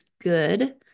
good